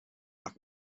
lack